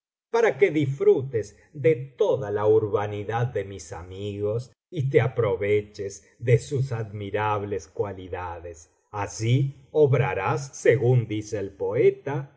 para que disfrutes de toda la urbanidad de mis amigos y te aproveches de sus admirables cualidades así obrarás según dice el poeta